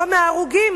לא מההרוגים,